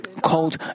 called